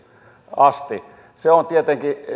asti se on tietenkin